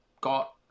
got